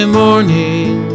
morning